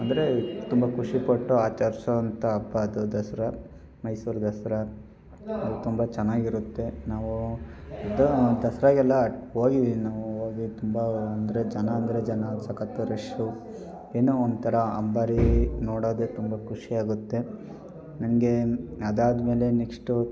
ಅಂದರೆ ತುಂಬ ಖುಷಿ ಪಟ್ಟು ಆಚರ್ಸೋಂಥ ಹಬ್ಬ ಅದು ದಸರಾ ಮೈಸೂರು ದಸರಾ ಅದು ತುಂಬ ಚೆನ್ನಾಗಿರುತ್ತೆ ನಾವೂ ಇದು ದಸರಾಗೆಲ್ಲ ಹೋಗಿದ್ದೀವಿ ನಾವೂ ಹೋಗಿ ತುಂಬ ಅಂದರೆ ಜನ ಅಂದರೆ ಜನ ಸಖತ್ತು ರಶ್ಶು ಏನೋ ಒಂಥರ ಅಂಬಾರಿ ನೋಡದೆ ತುಂಬ ಖುಷಿ ಆಗುತ್ತೆ ನಂಗೆ ಅದಾದ್ಮೇಲೆ ನೆಕ್ಸ್ಟ್